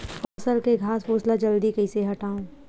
फसल के घासफुस ल जल्दी कइसे हटाव?